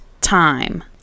time